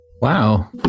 Wow